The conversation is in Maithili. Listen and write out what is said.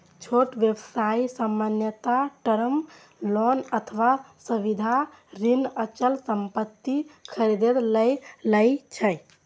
छोट व्यवसाय सामान्यतः टर्म लोन अथवा सावधि ऋण अचल संपत्ति खरीदै लेल लए छै